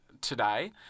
today